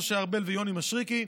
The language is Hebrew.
משה ארבל ויוני משריקי,